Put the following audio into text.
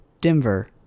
Denver